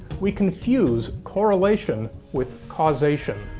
we confuse correlation with causation.